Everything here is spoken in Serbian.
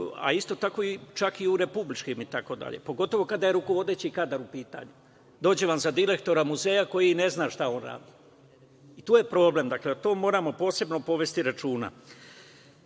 a isto tako i čak u republičkim itd, pogotovo kada je rukovodeći kadar u pitanju. Dođe vam za direktora muzeja koji ne zna šta on radi. To je problem. Dakle, o tome moramo posebno povesti računa. Kako